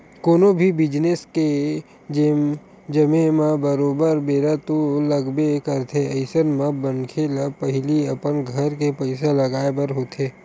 कोनो भी बिजनेस के जमें म बरोबर बेरा तो लगबे करथे अइसन म मनखे ल पहिली अपन घर के पइसा लगाय बर होथे